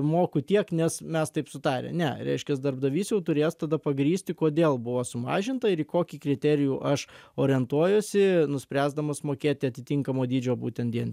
moku tiek nes mes taip sutarę ne reiškias darbdavys jau turės tada pagrįsti kodėl buvo sumažinta ir į kokį kriterijų aš orientuojuosi nuspręsdamas mokėti atitinkamo dydžio būtent dien